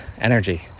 energy